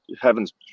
heaven's